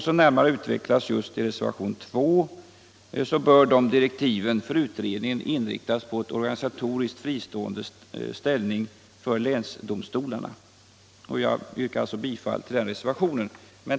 Som närmare utvecklas just i reservationen 2 bör direktiven för den utredningen inriktas på en organisatoriskt fristående ställning för länsdomstolarna. Jag yrkar alltså bifall till reservationen 2.